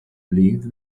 leave